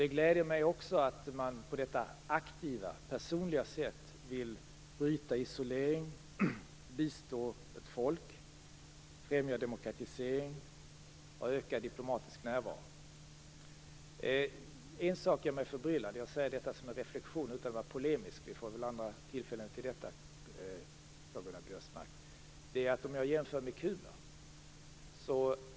Det gläder mig också att man på detta aktiva, personliga sätt vill bryta isolering, bistå ett folk, främja demokratisering och öka diplomatisk närvaro. En sak gör mig förbryllad, och jag säger detta som en reflexion utan att vilja vara polemisk. Vi får andra tillfällen till att vara det, Karl-Göran Biörsmark. Låt mig jämföra med Kuba.